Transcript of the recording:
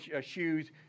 shoes